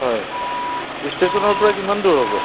হয় ষ্টেচনৰ পৰা কিমান দূৰ হ'ব